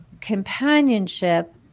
companionship